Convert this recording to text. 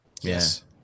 Yes